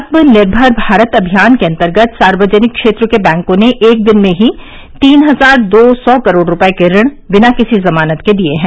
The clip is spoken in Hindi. आत्मनिर्मर भारत अभियान के अंतर्गत सार्वजनिक क्षेत्र के बैंकों ने एक दिन में ही तीन हजार दो सौ करोड़ रूपये के ऋण बिना किसी जमानत के दिये हैं